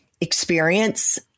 experience